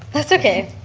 that's okay.